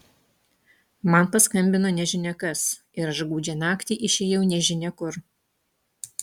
man paskambino nežinia kas ir aš gūdžią naktį išėjau nežinia kur